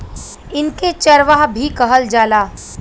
इनके चरवाह भी कहल जाला